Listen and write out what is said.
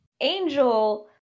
Angel